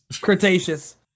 Cretaceous